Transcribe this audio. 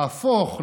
להפוך,